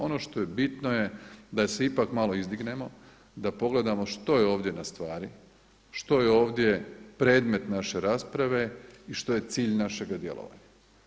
Ono što je bitno je da se ipak malo izdignemo, da pogledamo što je ovdje na stvari, što je ovdje predmet naše rasprave i što je cilj našega djelovanja.